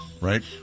right